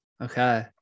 Okay